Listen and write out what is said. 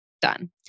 done